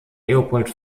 leopold